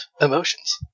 emotions